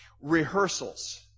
rehearsals